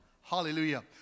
Hallelujah